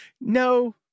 No